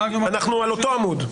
אנחנו על אותו עמוד.